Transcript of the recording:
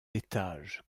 étages